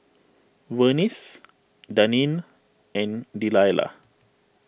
Vernice Deneen and Delilah